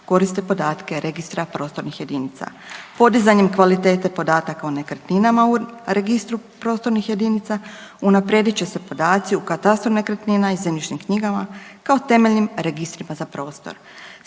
koriste podatke Registra prostornih jedinica. Podizanjem kvalitete podataka o nekretninama u Registru prostornih jedinica unaprijedit će se podaci u katastru nekretnina i zemljišnim knjigama kao temeljnim registrima za prostor.